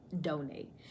donate